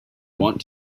want